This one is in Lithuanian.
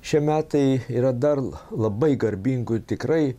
šie metai yra dar labai garbingų tikrai